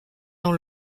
dans